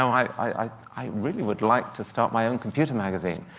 i i really would like to start my own computer magazine.